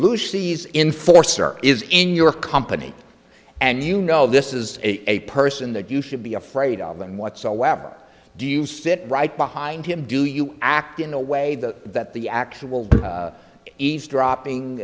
lucy is in force or is in your company and you know this is a person that you should be afraid of them whatsoever do you sit right behind him do you act in a way that that the actual eavesdropping